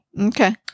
okay